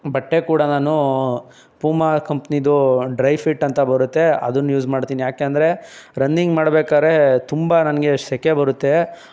ಬಟ್ಟೆ ಕೂಡ ನಾನೂ ಪೂಮಾ ಕಂಪ್ನಿದ್ದು ಡ್ರೈ ಫಿಟ್ಟಂತ ಬರುತ್ತೆ ಅದನ್ನ ಯೂಸ್ ಮಾಡ್ತೀನಿ ಯಾಕಂದರೆ ರನ್ನಿಂಗ್ ಮಾಡ್ಬೇಕಾದ್ರೆ ತುಂಬ ನನಗೆ ಸೆಖೆ ಬರುತ್ತೆ